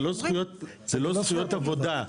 זה לא זכויות עבודה,